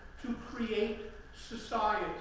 to create society.